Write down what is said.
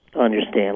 understand